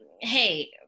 hey